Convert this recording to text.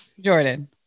Jordan